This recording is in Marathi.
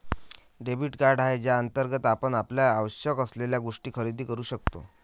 डेबिट कार्ड आहे ज्याअंतर्गत आपण आपल्याला आवश्यक असलेल्या गोष्टी खरेदी करू शकतो